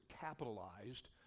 capitalized